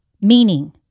meaning